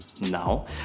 Now